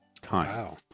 time